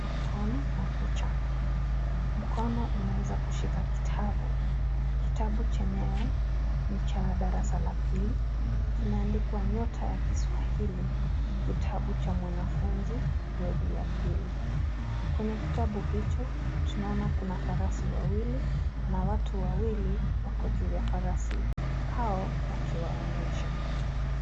Mkono na kucha, mkono umeweza kushika kitabu. Kitabu chenyewe ni cha darasa la pili, kimeandikwa " Nyota ya Kiswahili . Kitabu cha mwanafunzi gredi ya pili". Kwenye kitabu hicho, tunaona kuna farasi wawili na watu wawili wako juu ya farasi, hao wakiwaendesha.